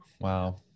Wow